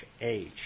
age